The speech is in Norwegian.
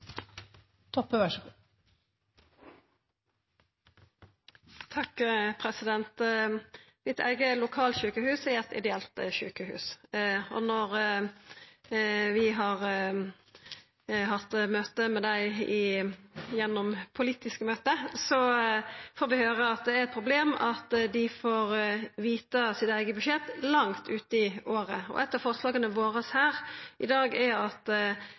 Mitt eige lokalsjukehus er eit ideelt sjukehus. Når vi møter dei i politiske møte, får vi høyra at det er eit problem at dei får vita sitt eige budsjett langt ut i året. Eit av forslaga våre her i dag er at